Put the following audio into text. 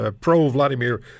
pro-Vladimir